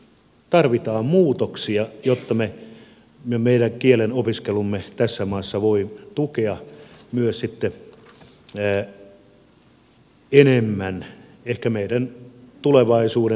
tarvitaan muutoksia jotta meidän kielenopiskelumme tässä maassa voi tukea myös sitten enemmän ehkä meidän tulevaisuuden vientiteollisuuden tarpeita